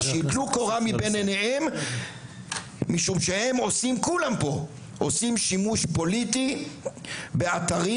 אז שייטלו קורה מבין עיניכם משם שכולם פה עושים שימוש פוליטי באתרים